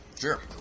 Sure